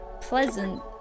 pleasant